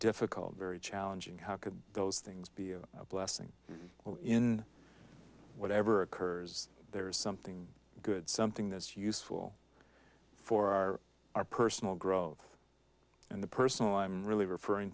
difficult very challenging how could those things be a blessing in whatever occurs there is something good something that's useful for our our personal growth and the personal i'm really referring